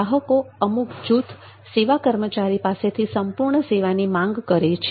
ગ્રાહકોના અમુક જુથ સેવા કર્મચારી પાસેથી સંપૂર્ણ સેવાની માંગ કરે છે